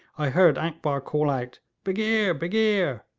i heard akbar call out, begeer! begeer!